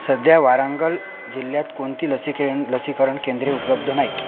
सध्या वारंगल जिल्ह्यात कोणतीही लसीकें लसीकरण केंद्रे उपलब्ध नाहीत